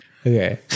Okay